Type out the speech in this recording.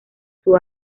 sus